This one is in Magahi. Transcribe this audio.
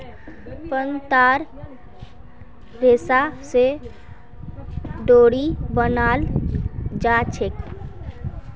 पत्तार रेशा स डोरी बनाल जाछेक